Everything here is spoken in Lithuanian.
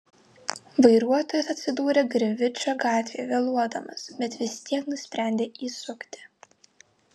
vairuotojas atsidūrė grinvičo gatvėje vėluodamas bet vis tiek nusprendė įsukti